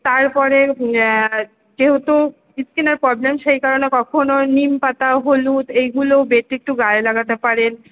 তারপরে যেহেতু স্কিনের প্রবলেম সেই কারণে কখনো নিমপাতা হলুদ এইগুলোও বেটে একটু গায়ে লাগাতে পারেন